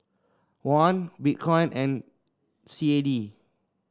Won Bitcoin and C A D